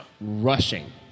rushing